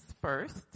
first